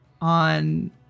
on